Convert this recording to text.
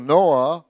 Noah